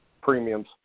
premiums